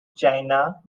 china